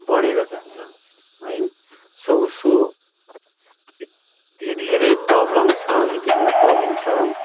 बढेर जान्छ है सो उसो यत्ति धेरै प्रबल्म छ यति धेरै प्रबल्म छ